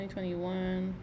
2021